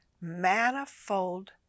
manifold